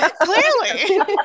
Clearly